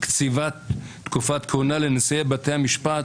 "קציבת תקופת כהונה לנשיאי בתי המשפט